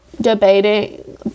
debating